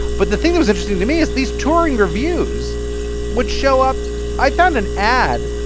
but the thing that was interesting to me is these touring reviews would show up i found an ad,